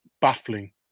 Baffling